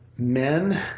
Men